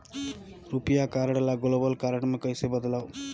रुपिया कारड ल global card मे कइसे बदलव?